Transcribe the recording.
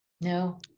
no